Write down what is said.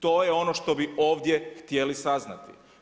To je ono što bi ovdje htjeli saznati.